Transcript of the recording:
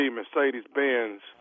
Mercedes-Benz